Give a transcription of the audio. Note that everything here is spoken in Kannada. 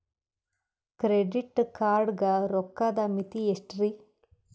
ಕ್ರೆಡಿಟ್ ಕಾರ್ಡ್ ಗ ರೋಕ್ಕದ್ ಮಿತಿ ಎಷ್ಟ್ರಿ?